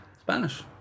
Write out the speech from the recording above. Spanish